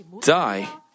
die